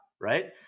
right